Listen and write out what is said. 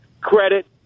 credit